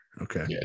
Okay